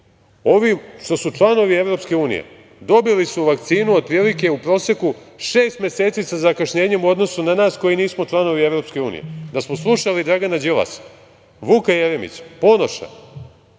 Ovim što su članovi EU, dobili su vakcinu otprilike u proseku šest meseci sa zakašnjenjem u odnosu na nas koji nismo članovi EU. Da smo slušali Dragana Đilasa, Vuka Jeremića, Ponoša